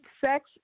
Sex